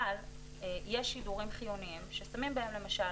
אבל יש שידורים חיוניים ששמים בהם למשל